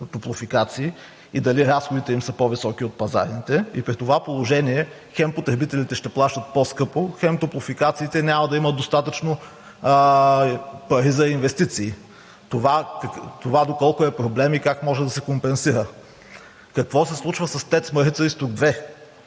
топлофикации и дали разходите им са по-високи от пазарните и при това положение хем потребителите ще плащат по-скъпо, хем топлофикациите няма да имат достатъчно пари за инвестиции? Това доколко е проблем и как може да се компенсира? Какво се случва с „ТЕЦ Марица изток 2“?